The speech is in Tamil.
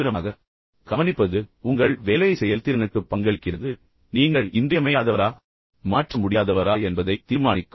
தீவிரமாக கவனிப்பது உங்கள் வேலை செயல்திறனுக்கு பங்களிக்கிறது நீங்கள் இன்றியமையாதவரா மாற்ற முடியாதவரா என்பதை இது தீர்மானிக்கும்